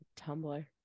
Tumblr